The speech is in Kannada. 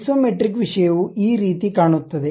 ಐಸೊಮೆಟ್ರಿಕ್ ವಿಷಯವು ಈ ರೀತಿ ಕಾಣುತ್ತದೆ